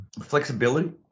Flexibility